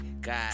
god